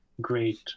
great